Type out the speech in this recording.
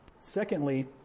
Secondly